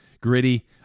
gritty